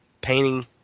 painting